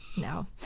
No